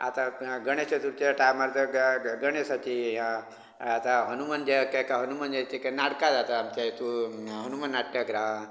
आतां गणेश चतुर्थीच्या टायमार जर गणेशाची ह्या आतां हनुमन जॅ् केका हनुमान जयंतीक नाटकां जाता आमच्या हितूर हनुमान नाट्य गृहान